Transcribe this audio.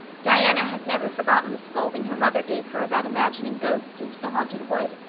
diana has never forgotten the scolding her mother gave her about imagining ghosts into the haunted wood.